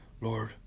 Lord